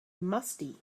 musty